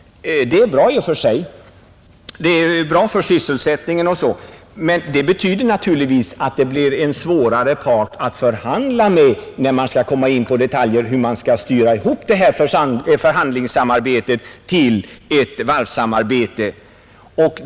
Det är bra i och för sig. Det är bra för sysselsättningen, Det blir emellertid en svårare part för staten att förhandla med när man skall komma in på detaljer om hur man skall styra ihop detta förhandlingssamarbete till ett varvssamarbete.